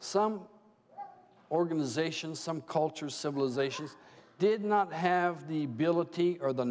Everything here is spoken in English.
some organizations some cultures civilizations did not have the billet or the